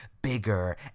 Bigger